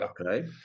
Okay